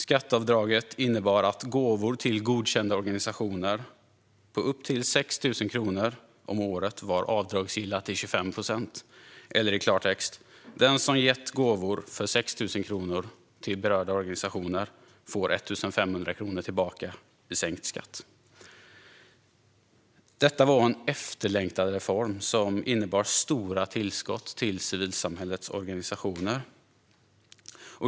Skatteavdraget innebar att gåvor till godkända organisationer på upp till 6 000 kronor om året var avdragsgilla till 25 procent. I klartext: Den som gett 6 000 kronor i gåvor till berörda organisationer får 1 500 kronor tillbaka i sänkt skatt. Detta var en efterlängtad reform som innebar stora tillskott till civilsamhällets organisationer.